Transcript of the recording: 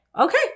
Okay